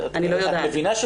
אני לא יודעת.